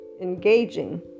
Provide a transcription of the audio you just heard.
engaging